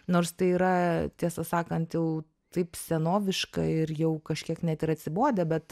nors tai yra tiesą sakant jau taip senoviška ir jau kažkiek net ir atsibodę bet